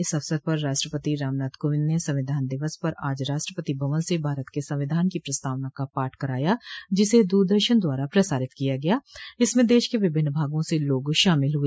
इस अवसर पर राष्ट्रपति रामनाथ कोविंद ने संविधान दिवस पर आज राष्ट्रपति भवन से भारत के संविधान की प्रस्तावना का पाठ कराया जिसे दूरदर्शन द्वारा प्रसारित किया गया इसमें देश के विभिन्न भागों से लोग शामिल हुए